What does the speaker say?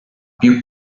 più